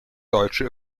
deutsche